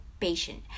patient